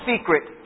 secret